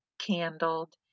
candled